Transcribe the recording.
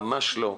ממש לא,